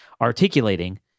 articulating